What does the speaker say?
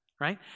right